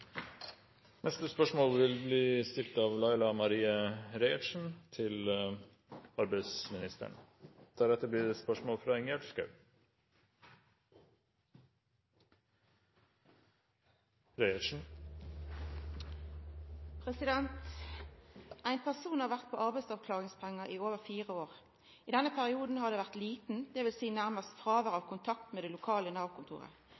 person har vært på arbeidsavklaringspenger i over fire år. I denne perioden har det vært liten, det vil si nærmest fravær